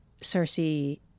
Cersei